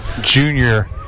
junior